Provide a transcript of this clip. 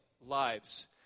lives